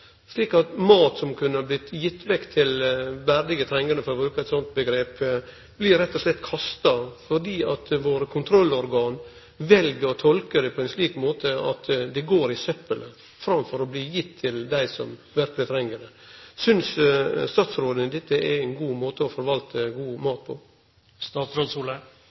slik at det må gå i søpla framfor å bli gitt til dei som verkeleg treng det. Synest statsråden dette er ein god måte å forvalte god mat på?